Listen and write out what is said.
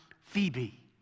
Phoebe